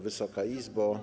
Wysoka Izbo!